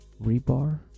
rebar